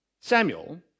Samuel